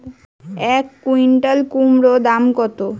এক কুইন্টাল কুমোড় দাম কত?